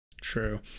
True